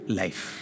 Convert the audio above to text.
life